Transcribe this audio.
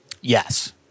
Yes